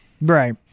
Right